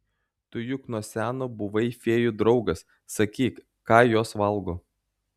tu juk nuo seno buvai fėjų draugas sakyk ką jos valgo